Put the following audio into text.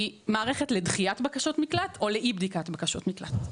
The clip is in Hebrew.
זו מערכת לדחיית בקשות מקלט או לאי בדיקת בקשות מקלט.